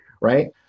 right